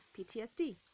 PTSD